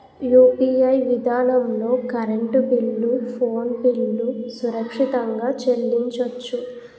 UPI విధానంలో current bill phone bill సురక్షితంగా చెల్లించొచ్చు